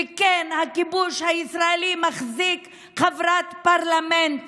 וכן, הכיבוש הישראלי מחזיק חברת פרלמנט